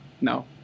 no